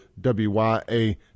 WYA